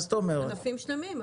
ענפים שלמים,